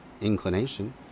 inclination